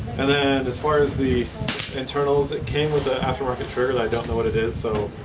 and then as far as the internals. it came with an aftermarket trigger but i don't know what it is so.